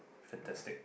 fantastic